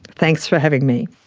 thanks for having me.